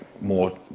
more